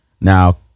now